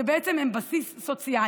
שבעצם הן על בסיס סוציאלי,